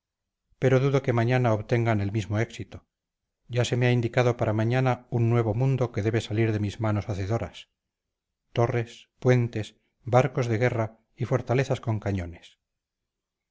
pero dudo que mañana obtengan el mismo éxito ya se me ha indicado para mañana un nuevo mundo que debe salir de mis manos hacedoras torres puentes barcos de guerra y fortalezas con cañones